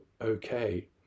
okay